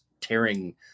tearing